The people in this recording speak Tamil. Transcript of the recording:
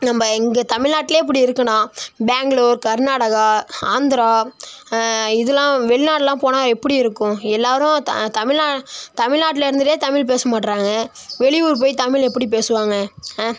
நம்ம இங்கே தமிழ்நாட்டுலே இப்படி இருக்குதுனா பேங்களூர் கர்நாடகா ஆந்திரா இதலாம் வெளிநாடுலாம் போனால் எப்படி இருக்கும் எல்லாரும் த தமிழ்நாடு தமிழ்நாட்டில் இருந்துக்கிட்டே தமிழ் பேச மாட்கிறாங்க வெளியூர் போயி தமிழ் எப்படி பேசுவாங்கள் ஆ